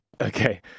Okay